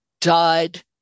died